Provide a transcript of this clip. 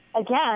again